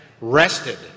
rested